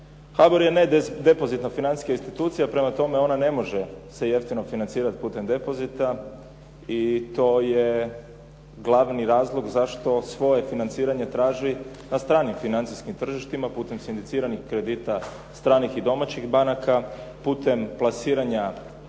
HBOR je nedepozitna financijska institucija, prema tome ona ne može se jeftino financirati putem depozita i to je glavni razlog zašto svoje financiranje traži na stranim financijskim tržištima putem sindiciranih kredita stranih i domaćih banaka, putem plasiranja